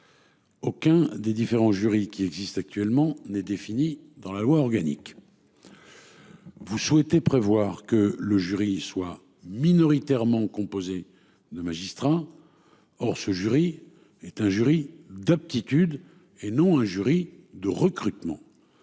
Aucun des différents jurys qui existe actuellement n'est défini dans la loi organique. Vous souhaitez prévoir que le jury soit minoritairement composée de magistrats. Or ce jury est un jury d'aptitude et non un jury de recrutement.